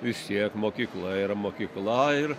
vis tiek mokykla yra mokykla ir